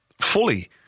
fully